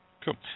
Cool